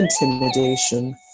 intimidation